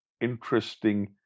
interesting